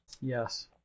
Yes